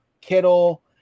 Kittle